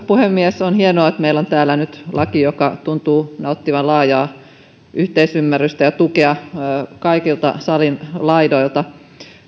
puhemies on hienoa että meillä on täällä nyt laki joka tuntuu nauttivan laajaa yhteisymmärrystä ja tukea salin kaikilta laidoilta